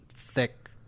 Thick